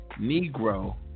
Negro